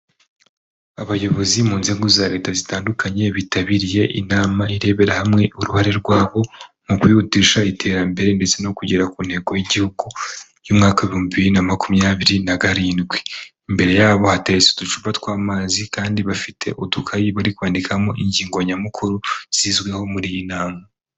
Abayobozi mu nzego za leta zitandukanye, bitabiriye inama, irebera hamwe uruhare rwabo mu kwihutisha iterambere ndetse no kugera ku ntego y'igihugu y'umwaka w'ibihumbi bibiri na makumyabiri na karindwi, imbere yabo hateretse uducupa tw'amazi kandi bafite udukayi, bari kwandikamo ingingo nyamukuru zizweho muri iyi nama.